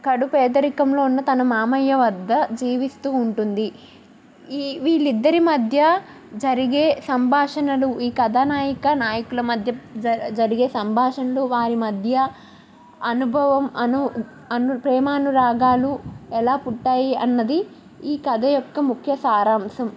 కడు పేదరికంలో ఉన్న తన మామయ్య వద్ద జీవిస్తూ ఉంటుంది ఈ వీళ్లిద్దరి మధ్య జరిగే సంభాషణలు ఈ కథానాయిక నాయకుల మధ్య జ జరిగే సంభాషణలు వారి మధ్య అనుభవం అను అను ప్రేమ అనురాగాలు ఎలా పుట్టాయి అన్నది ఈ కథ యొక్క ముఖ్య సారాంశం